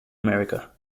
america